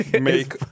make